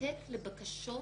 להזדקק לבקשות